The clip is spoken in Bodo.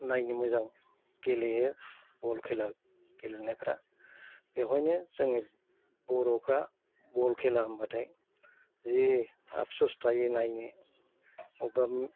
नायनो मोजां गेलेयो बल खेला गेलेनायफ्रा बेवहायनो जोंनि बर'फ्रा बल खेला होनबाथाय जि आबसस थायो नायनो बबेबा